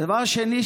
דבר שני,